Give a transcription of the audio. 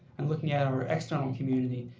and looking at our external community,